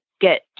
get